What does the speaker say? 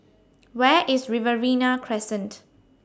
Where IS Riverina Crescent